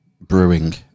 brewing